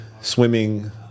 swimming